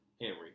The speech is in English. Henry